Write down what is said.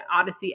Odyssey